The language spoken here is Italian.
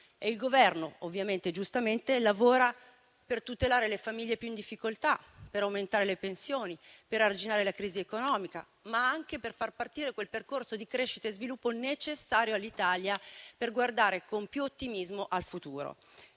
Il Governo, giustamente, lavora per tutelare le famiglie più in difficoltà, per aumentare le pensioni, per arginare la crisi economica, ma anche per far partire quel percorso di crescita e sviluppo necessario all'Italia per guardare con più ottimismo al futuro.